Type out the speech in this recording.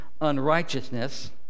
unrighteousness